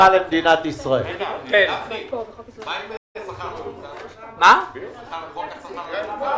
הישיבה ננעלה בשעה 15:10.